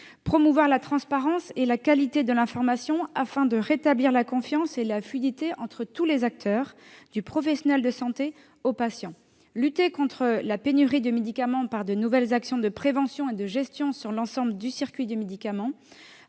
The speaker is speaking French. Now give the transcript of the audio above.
promouvoir la transparence et la qualité de l'information, afin de rétablir la confiance et la fluidité entre tous les acteurs, du professionnel de santé au patient ; lutter contre la pénurie de médicaments par de nouvelles actions de prévention et de gestion au niveau de l'ensemble du circuit du médicament